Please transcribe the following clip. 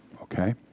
Okay